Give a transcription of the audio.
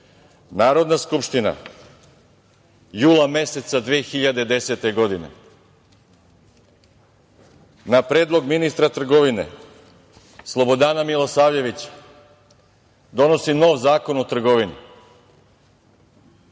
Narodna skupština jula meseca 2010. godine, na predlog ministra trgovine, Slobodana Milosavljevića, donosi nov Zakon o trgovini,